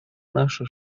наши